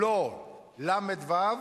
"לו" למ"ד, וי"ו,